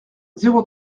zéro